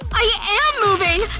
i am moving!